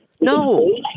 No